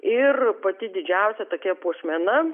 ir pati didžiausia tokia puošmena